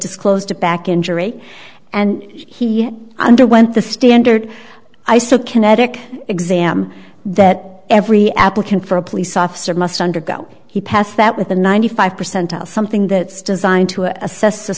disclosed a back injury and he underwent the standard eye so kinetic exam that every applicant for a police officer must undergo he passed that with a ninety five percent of something that's designed to assess the